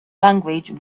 language